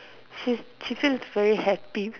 she she seems very happy